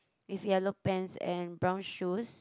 with yellow pants and brown shoes